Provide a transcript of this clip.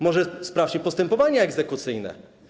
Może sprawdźmy postępowania egzekucyjne?